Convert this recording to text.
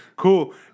cool